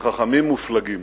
וחכמים מופלגים.